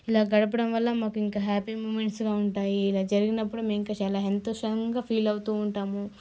ఇలా గడపడం వల్ల మాకు ఇంకా హ్యాపీ మూమెంట్స్గా ఉంటాయి ఇలా జరిగినప్పుడు మేము ఇంకా చాలా ఎంతో సంతోషంగా ఫీల్ అవుతూ ఉంటాము